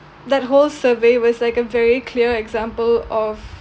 that whole survey was like a very clear example of